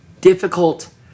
difficult